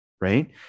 right